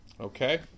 Okay